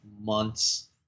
months